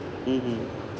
mmhmm